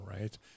right